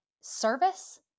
service